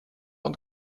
und